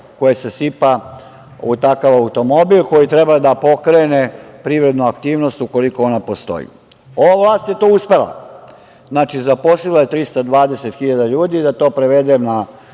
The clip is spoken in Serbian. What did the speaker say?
koje se sipa u takav automobil koji treba da pokrene privrednu aktivnost ukoliko ona postoji… Ova vlast je to uspela. Znači, zaposlila je 320 hiljada ljudi. Da to prevedem na